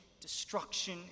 destruction